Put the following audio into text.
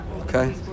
Okay